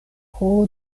pro